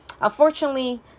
unfortunately